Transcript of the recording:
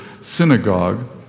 synagogue